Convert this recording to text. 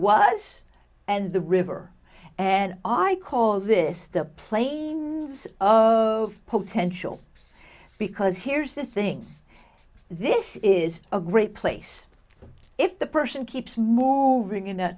was and the river and i call this the plains of potential because here's the thing this is a great place if the person keeps moving in that